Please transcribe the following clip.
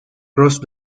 crossed